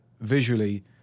visually